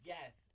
Yes